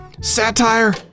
satire